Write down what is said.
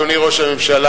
אדוני ראש הממשלה,